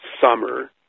summer